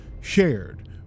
shared